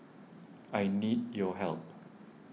I need your help